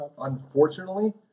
Unfortunately